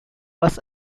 bus